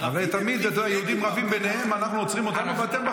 הרי תמיד --- ערבים הם פריבילגים?